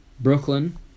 Brooklyn